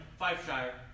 Fiveshire